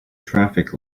traffic